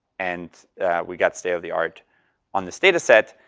and we got state of the art on this data set,